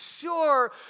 sure